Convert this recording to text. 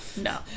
No